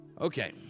Okay